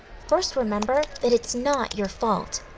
first remember that it's not your fault.